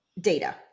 data